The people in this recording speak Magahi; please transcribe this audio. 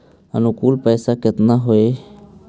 अनुकुल पैसा केतना होलय